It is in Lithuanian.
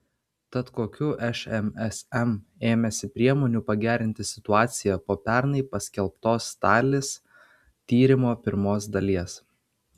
tad kokių šmsm ėmėsi priemonių pagerinti situaciją po pernai paskelbtos talis tyrimo pirmos dalies